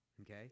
okay